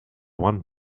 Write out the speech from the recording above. one